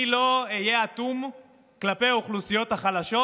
אני לא אהיה אטום כלפי האוכלוסיות החלשות,